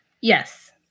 Yes